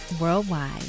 worldwide